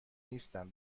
نیستم